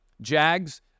Jags